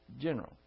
general